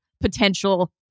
potential